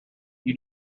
you